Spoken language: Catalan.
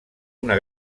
una